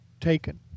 taken